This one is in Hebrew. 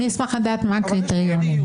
אשמח לדעת, מה הקריטריונים?